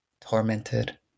tormented